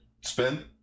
Spin